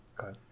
okay